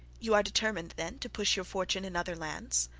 you are determined, then, to push your fortune in other lands